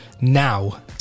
now